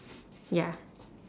ya